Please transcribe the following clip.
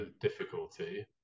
difficulty